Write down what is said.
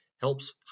helps